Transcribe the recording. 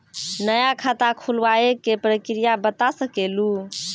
नया खाता खुलवाए के प्रक्रिया बता सके लू?